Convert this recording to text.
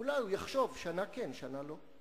אולי הוא יחשוב שנה כן שנה לא.